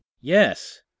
Yes